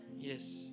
Yes